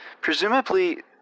Presumably